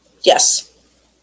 Yes